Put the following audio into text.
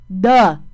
Duh